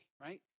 right